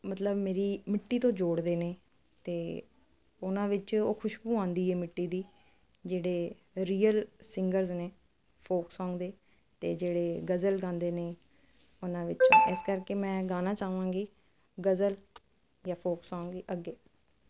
ਮਤਲਬ ਮੇਰੀ ਮਿੱਟੀ ਤੋਂ ਜੋੜਦੇ ਨੇ ਤੇ ਉਹਨਾਂ ਵਿੱਚ ਉਹ ਖੁਸ਼ਬੂ ਆਉਂਦੀ ਮਿੱਟੀ ਦੀ ਜਿਹੜੇ ਰੀਅਲ ਸਿੰਗਰਸ ਨੇ ਫੋਕ ਸੋਂਗ ਦੇ ਤੇ ਜਿਹੜੇ ਗਜ਼ਲ ਗਾਂਦੇ ਨੇ ਉਹਨਾਂ ਵਿੱਚ ਇਸ ਕਰਕੇ ਮੈਂ ਗਾਣਾ ਚਾਹਾਂਗੀ ਗਜ਼ਲ ਜਾਂ ਫੋਕ ਸੋਂਗ ਅੱਗੇ